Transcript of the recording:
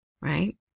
right